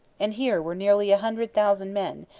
and here were nearly a hundred thousand men,